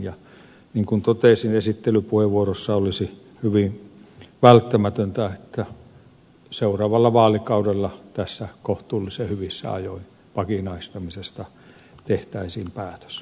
niin kuin totesin esittelypuheenvuorossani olisi hyvin välttämätöntä että seuraavalla vaalikaudella kohtuullisen hyvissä ajoin vakinaistamisesta tehtäisiin päätös